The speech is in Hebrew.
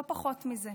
לא פחות מזה.